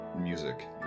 music